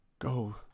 Go